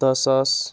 دَہ ساس